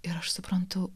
ir aš suprantu